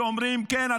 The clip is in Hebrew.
שאומרים: כן,